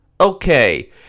Okay